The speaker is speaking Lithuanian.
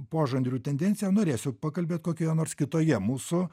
požanrių tendenciją norėsiu pakalbėt kokioje nors kitoje mūsų